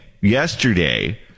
yesterday